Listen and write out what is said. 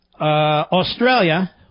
Australia